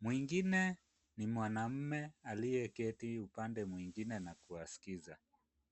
Mwingine ni mwanaume aliyeketi upande mwingine na kuwaskiza.